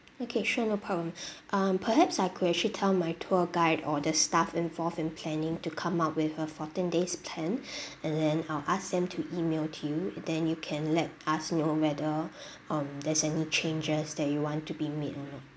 okay sure no problem um perhaps I could actually tell my tour guide or the staff involved in planning to come up with a fourteen days plan and then I'll ask them to email to you and then you can let us know whether um there's any changes that you want to be made or not